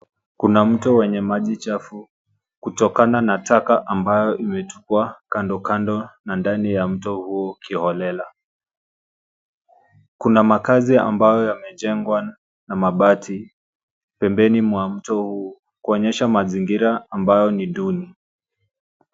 Kuna mto wenye maji chafu kutokana na taka ambayo imetupwa kandokando na ndani ya mto huo kiholela. Kuna makazi ambayo yamejengwa na mabati pembeni mwa mto huu kuonyesha mazingira ambayo ni duni.